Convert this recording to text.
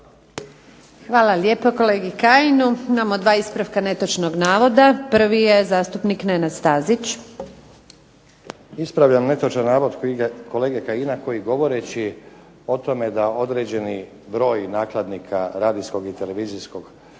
Hvala lijepo kolegi Kajinu. Imamo 2 ispravka netočnog navoda. Prvi je zastupnik Nenad Stazić. **Stazić, Nenad (SDP)** Ispravljam netočan navod kolege Kajina koji govoreći o tome da određeni broj nakladnika radijskog i televizijskog